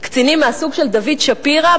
אל קצינים מהסוג של דוד שפירא,